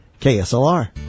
KSLR